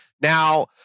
Now